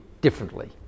differently